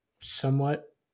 somewhat